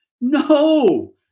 No